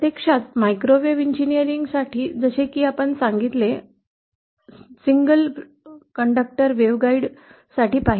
प्रत्यक्षात मायक्रोवेव्ह अभियांत्रिकी साठी जसे की आपण सिंगल कंडक्टर वेव्हगॉइड साठी पाहिले